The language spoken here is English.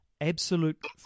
absolute